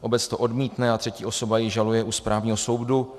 Obec to odmítne a třetí osoba ji žaluje u správního soudu.